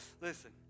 Listen